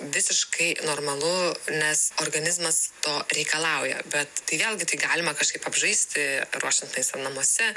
visiškai normalu nes organizmas to reikalauja bet tai vėlgi tai galima kažkaip apžaisti ruošiant maistą namuose